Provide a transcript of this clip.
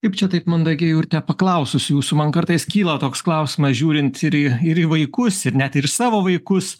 kaip čia taip mandagiai urte paklausus jūsų man kartais kyla toks klausimas žiūrint ir į ir į vaikus ir net ir savo vaikus